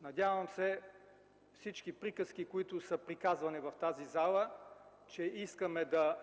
Надявам се всички приказки, които са приказвани в тази зала, че искаме да